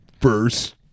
First